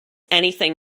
anything